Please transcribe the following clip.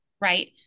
Right